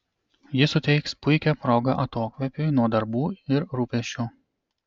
ji suteiks puikią progą atokvėpiui nuo darbų ir rūpesčių